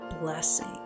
blessing